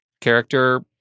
character